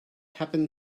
happened